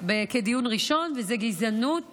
כדיון ראשון, והוא גזענות